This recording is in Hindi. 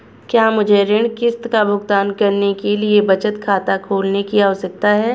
क्या मुझे ऋण किश्त का भुगतान करने के लिए बचत खाता खोलने की आवश्यकता है?